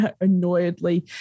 annoyedly